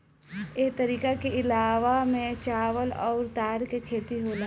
ए तरीका के इलाका में चावल अउर तार के खेती होला